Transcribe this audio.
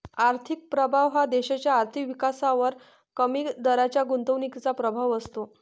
आर्थिक प्रभाव हा देशाच्या आर्थिक विकासावर कमी दराच्या गुंतवणुकीचा प्रभाव असतो